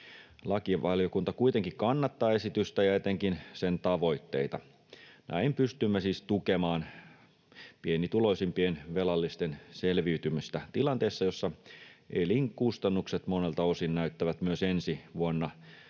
Lakivaliokunta kuitenkin kannattaa esitystä ja etenkin sen tavoitteita. Näin pystymme siis tukemaan pienituloisimpien velallisten selviytymistä tilanteessa, jossa elinkustannukset monelta osin näyttävät myös ensi vuonna